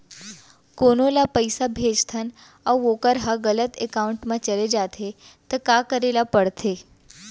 कोनो ला पइसा भेजथन अऊ वोकर ह गलत एकाउंट में चले जथे त का करे ला पड़थे?